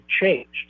changed